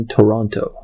Toronto